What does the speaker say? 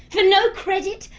for no credit,